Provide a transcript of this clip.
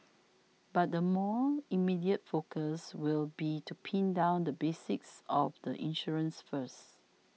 but the more immediate focus will be to pin down the basics of the insurance first